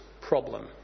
problem